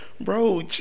bro